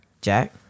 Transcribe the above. Jack